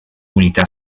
unità